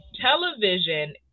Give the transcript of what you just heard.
television